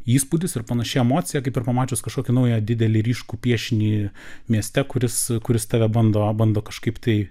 įspūdis ir panaši emocija kaip ir pamačius kažkokį naują didelį ryškų piešinį mieste kuris kuris tave bando bando kažkaip tai